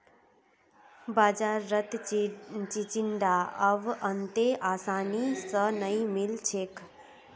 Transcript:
बाजारत चिचिण्डा अब अत्ते आसानी स नइ मिल छेक